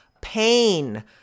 pain